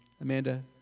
Amanda